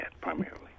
primarily